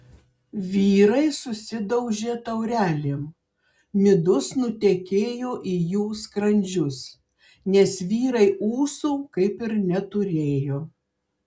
vyrai susidaužė taurelėm midus nutekėjo į jų skrandžius nes vyrai ūsų kaip ir neturėjo